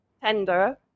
tender